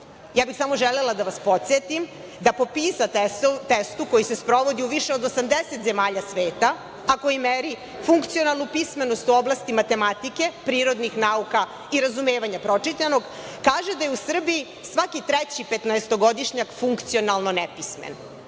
Ja bih samo želela da vas podsetim da po PISA testu, koji se sprovodi u više od 80 zemalja sveta, a koji meri funkcionalnu pismenost u oblasti matematike, prirodnih nauka i razumevanja pročitanog, kaže da je u Srbiji svaki treći petnaestogodišnjak funkcionalno nepismen,